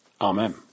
Amen